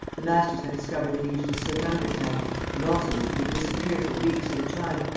the masters had discovered that he used to slip out at night and also that he would disappear for weeks at a time,